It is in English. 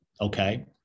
okay